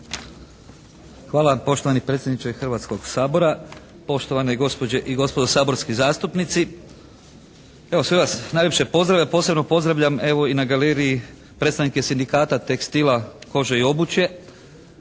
Hvala poštovani predsjedniče Hrvatskog sabora, poštovane gospođe i gospodo saborski zastupnici. Evo sve vas najljepše pozdravljam, posebno pozdravljam evo i na galeriji predstavnike Sindikata tekstila, kože i obuće